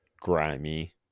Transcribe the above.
Grimy